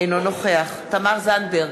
אינו נוכח תמר זנדברג,